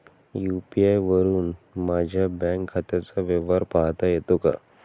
UPI वरुन माझ्या bank खात्याचा व्यवहार पाहता येतो का?